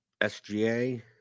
SGA